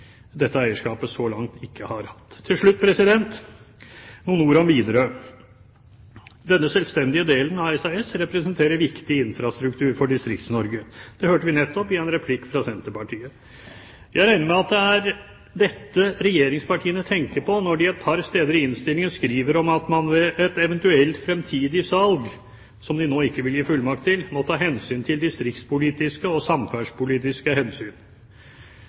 dette eierskapet så langt ikke har hatt. Til slutt noen ord om Widerøe. Denne selvstendige delen av SAS representerer viktig infrastruktur for Distrikts-Norge. Det hørte vi nettopp snakk om i en replikk fra Senterpartiet. Jeg regner med at det er dette regjeringspartiene tenker på, når de et par steder i innstillingen skriver om at man ved et eventuelt fremtidig salg – som de nå ikke vil gi fullmakt til – må ta distriktspolitiske og samferdselspolitiske hensyn.